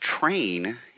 train